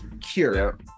cure